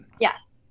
Yes